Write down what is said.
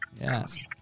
Yes